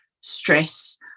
stress